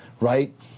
right